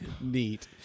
Neat